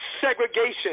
segregation